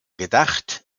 gedacht